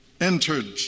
entered